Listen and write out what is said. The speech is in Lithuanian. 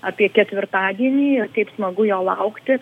apie ketvirtadienį ir kaip smagu jo laukti